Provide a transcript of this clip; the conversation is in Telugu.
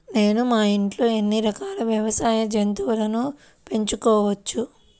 నేను మా ఇంట్లో ఎన్ని రకాల వ్యవసాయ జంతువులను పెంచుకోవచ్చు?